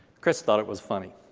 chris thought it was funny.